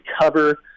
cover